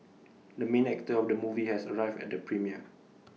the main actor of the movie has arrived at the premiere